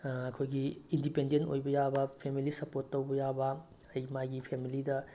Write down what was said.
ꯑꯩꯈꯣꯏꯒꯤ ꯏꯟꯗꯤꯄꯦꯟꯗꯦꯟ ꯑꯣꯏꯕ ꯌꯥꯕ ꯐꯦꯃꯤꯂꯤ ꯁꯞꯄꯣꯔꯠ ꯇꯧꯕ ꯌꯥꯕ ꯑꯩ ꯃꯥꯒꯤ ꯐꯦꯃꯤꯂꯤꯗ